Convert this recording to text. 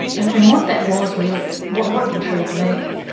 and and what that was really, what what intrigued me,